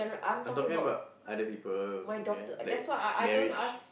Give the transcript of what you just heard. I'm talking about other people okay like marriage